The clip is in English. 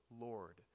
Lord